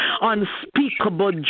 Unspeakable